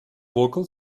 vocal